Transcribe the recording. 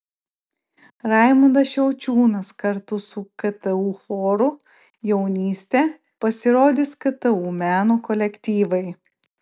raimundas šiaučiūnas kartu su ktu choru jaunystė pasirodys ktu meno kolektyvai